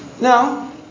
Now